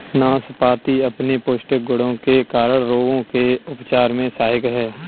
नाशपाती अपने पौष्टिक गुणों के कारण रोगों के उपचार में सहायक है